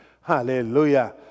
Hallelujah